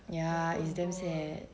ya it's damn sad